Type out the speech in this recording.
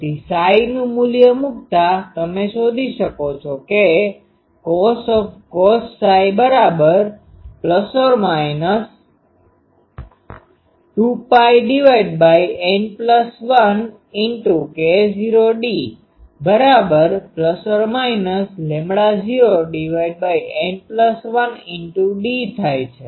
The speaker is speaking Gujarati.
તેથી Ψનુ મૂલ્ય મુક્તા તમે શોધી શકો કે cos ±2πN1K૦d±૦N1d થાય છે